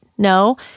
No